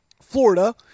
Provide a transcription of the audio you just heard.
Florida